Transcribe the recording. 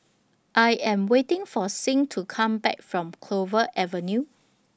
I Am waiting For Sing to Come Back from Clover Avenue